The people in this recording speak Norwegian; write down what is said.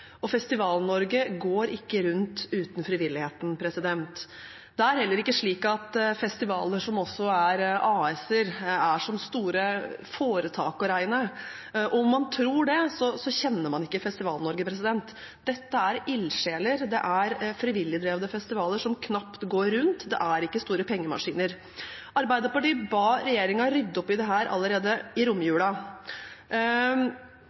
og Festival-Norge går ikke rundt uten frivilligheten. Det er heller ikke slik at festivaler som også er AS-er, er som store foretak å regne. Om man tror det, kjenner man ikke Festival-Norge. Dette er ildsjeler, det er frivilligdrevne festivaler som knapt går rundt, det er ikke store pengemaskiner. Arbeiderpartiet ba regjeringen rydde opp i dette allerede i